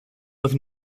with